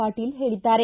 ಪಾಟೀಲ್ ಹೇಳಿದ್ದಾರೆ